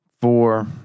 four